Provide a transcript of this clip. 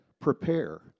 prepare